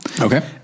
Okay